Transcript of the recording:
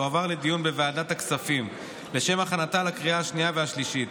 תועבר לדיון בוועדת הכספים לשם הכנתה לקריאה השנייה והשלישית.